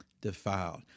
defiled